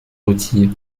retire